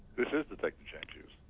this is detective james hughes.